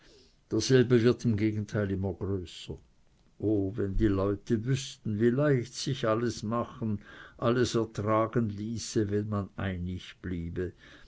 derselbe wird immer größer o wenn die leute wüßten wie leicht sich alles machen alles ertragen ließe wenn man einig bliebe